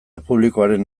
publikoaren